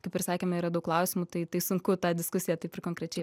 kaip ir sakėme yra daug klausimų tai tai sunku tą diskusiją taip ir konkrečiai